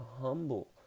humble